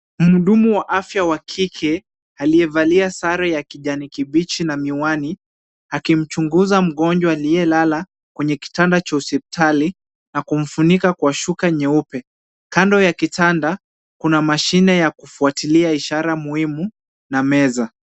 Mhudumu wa afya wa kike aliyevalia sare ya kijani kibichi na miwani akimchunguza mgonjwa aliyelala kwenye kitanda cha hospitali na kumfunika kwa shuka nyeupe. Kando ya kitanda, kuna mashine ya kufuatilia ishara muhimu na meza.